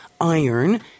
iron